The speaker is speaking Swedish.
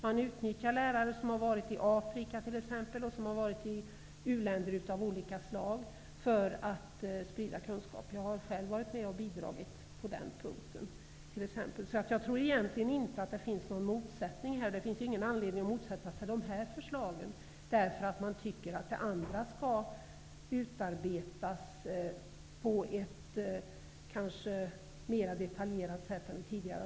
Man utnyttjar lärare som har varit i t.ex. Afrika och andra u-länder för att sprida kunskap. Jag har själv bidragit på den punkten. Jag tror egentligen inte att det finns någon motsättning här. Det finns ingen anledning att motsätta sig de här förslagen därför att man tycker att de andra skall utarbetas på ett mer detaljerat sätt än tidigare.